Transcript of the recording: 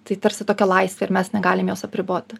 tai tarsi tokia laisvė ir mes negalim jos apriboti